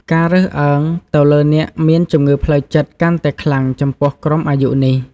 ការរើសអើងទៅលើអ្នកមានជំងឺផ្លូវចិត្តកាន់តែខ្លាំងចំពោះក្រុមអាយុនេះ។